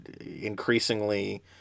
increasingly